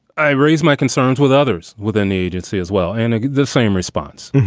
i raised my concerns with others with an agency as well. and the same response.